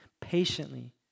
patiently